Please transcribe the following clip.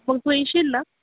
मग तू येशील ना